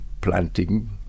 planting